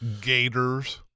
Gators